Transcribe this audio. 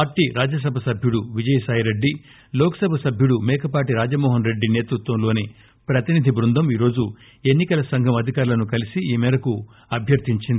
party Rajya Sabha సభ్యుడు విజయసాయిరెడ్డి లోక్ సభ సభ్యుడు మేకపాటి రాజమోహన్రెడ్డి ఆధ్వర్యంలోని ప్రతినిధి బృందం ఈరోజు ఎన్ని కల సంఘం అధికారులను కలిసి ఈ మేరకు అభ్యర్ధించింది